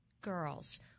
girls